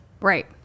Right